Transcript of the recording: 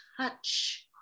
touch